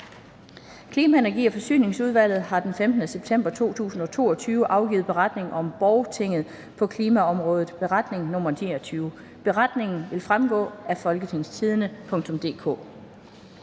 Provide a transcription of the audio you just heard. Klima-, Energi- og Forsyningsudvalget har den 15. september 2022 afgivet beretning om Borgertinget på klimaområdet (Beretning nr. 29). Beretningen vil fremgå af www.folketingstidende.dk.